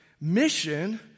mission